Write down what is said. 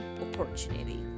opportunity